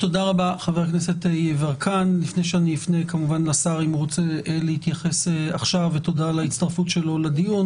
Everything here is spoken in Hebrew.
תודה רבה חבר הכנסת יברקן ותודה לשר שהצטרף לדיון.